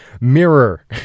mirror